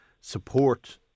support